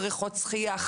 בריכות שחייה,